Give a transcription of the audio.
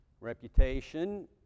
reputation